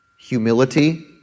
humility